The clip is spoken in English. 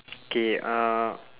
K uh